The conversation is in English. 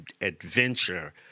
adventure